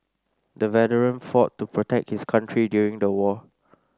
the veteran fought to protect his country during the war